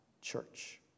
church